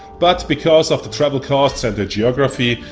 but because of the travel costs and the geography,